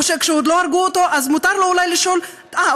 וכשעוד לא הרגו אותו אז מותר אולי לשאול: אה,